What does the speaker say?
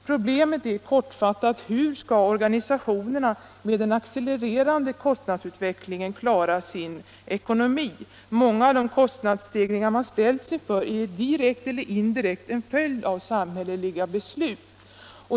Problemet är, kortfattat: Hur skall organisationerna med den accelererande kostnadsutvecklingen klara sin ekonomi? Många av de kostnadsstegringar man ställs inför är direkt eller indirekt en följd av samhälleliga beslut.